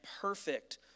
perfect